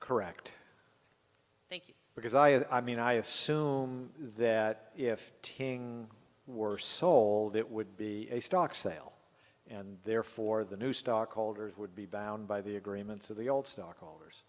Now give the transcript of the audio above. correct because i i mean i assume that if tng were sold it would be a stock sale and therefore the new stockholders would be bound by the agreements of the old stockholders